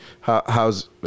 how's